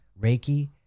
Reiki